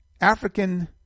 African